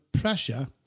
pressure